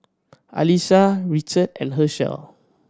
Alisha Richard and Hershell